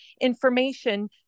information